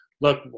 look